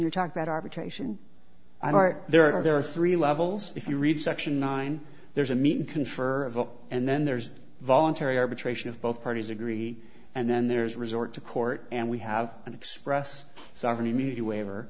you talk about arbitration i'm right there are there are three levels if you read section nine there's a meeting confer a vote and then there's voluntary arbitration of both parties agree and then there's a resort to court and we have an express sovereign immunity waiver